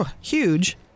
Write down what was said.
huge